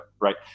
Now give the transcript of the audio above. right